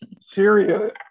Syria